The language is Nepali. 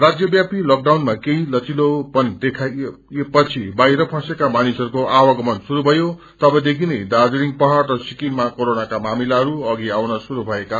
राज्यव्यापी लकडाउनमा केही लचिलोपन दिइएपछि बाहिर फसेका मानिसहरूको आवागमन श्रुरू भयो तवदेखि नै दार्जालिङ पाहाङ र सिक्किममा कोरोनाका मामिलाहरू अघि आउन शुरू भएका छन्